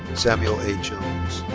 samuel a. jones.